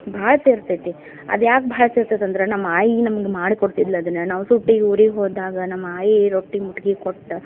ಭಾಳ ಸೆರ್ತೈತಿ ಅದು ಯಾಕೆ ಭಾಳ ಸೆರ್ತೈತಿ ಅಂದ್ರೆ ನಮ್ಮ ಆಯಿ ನಮ್ಗೆ ಮಾಡಿ ಕೊಡ್ತಿದ್ಲು ಅದನ್ನು ನಾವು ಸೂಟಿ ಊರಿಗೆ ಹೋದಾಗ ನಮ್ಮ ಆಯಿ ರೊಟ್ಟಿ ಮುಟ್ಗಿ ಕೊಟ್ಟು